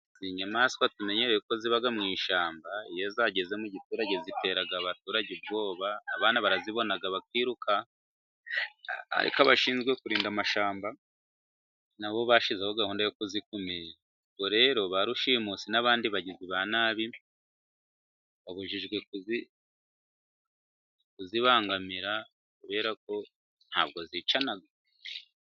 Izi nyamaswa tumenyereye ko zibaga mu ishyamba, iyo zageze mu giturage zitera abaturage ubwoba, abana barazibona bakiruka, ariko abashinzwe kurinda amashyamba, nabo bashyizeho gahunda yo kuzikumira. Ubwo rero, ba rushimusi n'abandi bagigizi ba nabi babujijwe kuzibangamira, kubera ko ntabwo zicana.